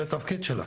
זה התפקיד שלנו.